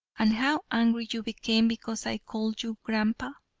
and how angry you became because i called you grandpa?